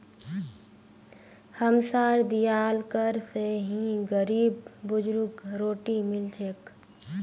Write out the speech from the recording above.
हमसार दियाल कर स ही गरीब बुजुर्गक रोटी मिल छेक